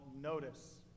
notice